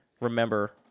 remember